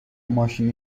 ماشینی